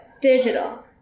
digital